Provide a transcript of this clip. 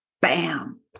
Bam